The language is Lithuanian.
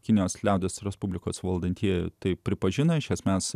kinijos liaudies respublikos valdantieji tai pripažino iš esmės